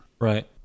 Right